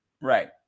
right